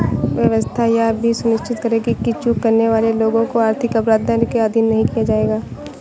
व्यवस्था यह भी सुनिश्चित करेगी कि चूक करने वाले लोगों को आर्थिक अपराध दंड के अधीन नहीं किया जाएगा